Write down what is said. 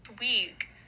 week